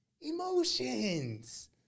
Emotions